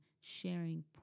sharing